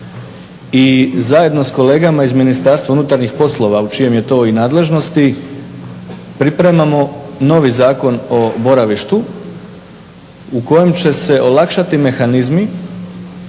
i zajedno s kolegama iz MUP-a u čijoj je to nadležnosti pripremamo novi Zakon o boravištu u kojem će se olakšati mehanizmi